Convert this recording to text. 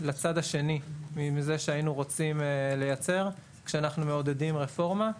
לצד השני מזה שהיינו רוצים לייצר כשאנחנו מעודדים רפורמה.